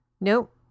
Nope